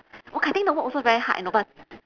oh kai-ting the work also very hard you know but